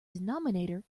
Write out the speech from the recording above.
denominator